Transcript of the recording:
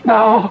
now